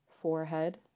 forehead